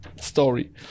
story